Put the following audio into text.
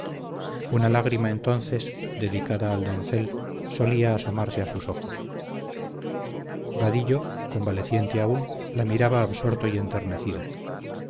una lágrima entonces dedicada al doncel solía asomarse a sus ojos vadillo convaleciente aún la miraba absorto y enternecido